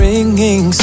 Ringing